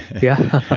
yeah.